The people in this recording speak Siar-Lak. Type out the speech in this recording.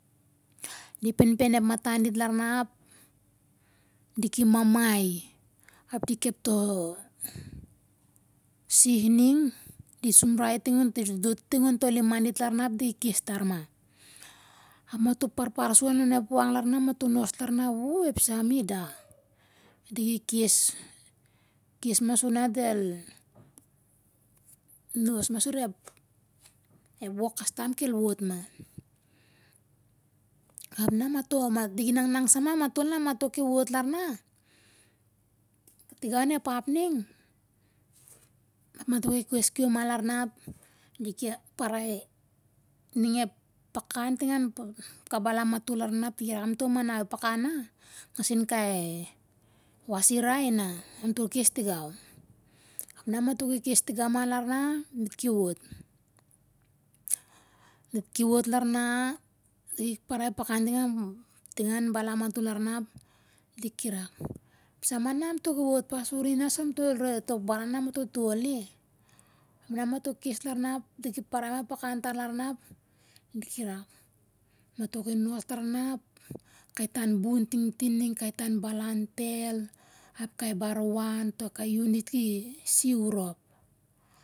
Di penpen ep matan dit larna ap diki mamai ap di kepto si ning di sumrai ting onti doti ting liman dit larna ap di kes tarma ap mato parpar sou anlon wang larna mato nos larna wuu epsa mida diki kes kes ma suna del nos ma surep ep wok kastam kel wot ma, ap na mato a diki nangnang sama matol ma mato ki wot larna katiga onep ap ning, mato ki kes kiom ma larna ap diki parai ning ep pakan tingan kabalan matol larna ap diki rak ep pakan na ngasin kai wasira ina amto kes tigau ap na mato ki kes tigau lara ap dit ki wot dit ki wot larna di parai pakan tingam tingan balam matol larna ap dit ki rak ep sa ma na amto kes larna diki parai ep pakan tar larna ap ditki rak mato ki nos larna ap kai tan bun tintin ning kai tan balan tel ap kai bar wan to kai yun dit ki siu rop